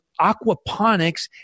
aquaponics